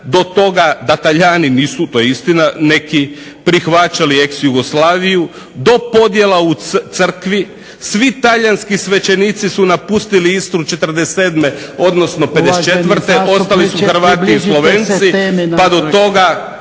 do toga da Talijani nisu to je istina prihvaćali ex-Jugoslaviju do podjela u crkvi, svi Talijanski svećenici su napustili Istru 47. odnosno 54. postali su Hrvati i Slovenci, pa do toga